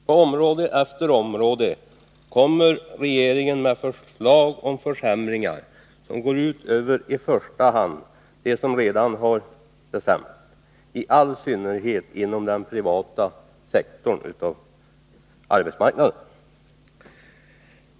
På område efter område kommer regeringen med förslag om försämringar som går ut över i första hand dem som redan förut har det sämst, i all synnerhet inom den privata sektorn av arbetsmarknaden.